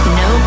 no